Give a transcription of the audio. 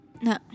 No